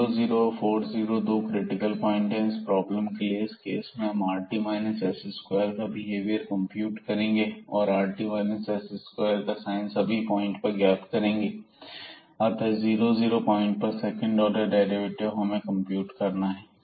00 और 40दो critical point हैं इस प्रॉब्लम के लिए और इस केस में हम rt s2 का बिहेवियर कंप्यूट करेंगे और rt s2 का साइन सभी पॉइंट पर ज्ञात करेंगे अतः 00 पॉइंट पर सेकंड डेरिवेटिव हमें कंप्यूट करना है